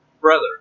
brother